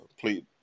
please